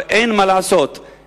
אבל אין מה לעשות,